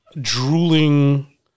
drooling